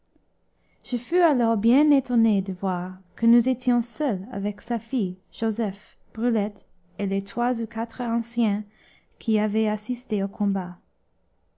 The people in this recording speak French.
je fus alors bien étonné de voir que nous étions seuls avec sa fille joseph brulette et les trois ou quatre anciens qui avaient assisté au combat